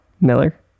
Miller